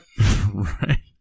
Right